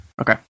okay